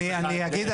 אני אגיד,